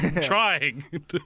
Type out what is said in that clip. trying